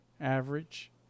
average